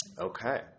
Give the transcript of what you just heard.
okay